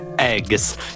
eggs